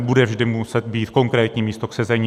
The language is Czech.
Bude vždy muset být konkrétní místo k sezení.